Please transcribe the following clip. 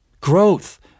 growth